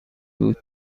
بود